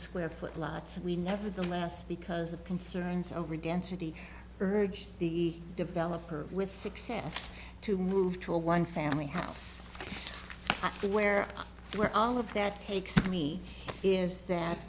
square foot lots and we nevertheless because of concerns over again city urged the developer with success to move to a one family house where where all of that takes me is that